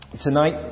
tonight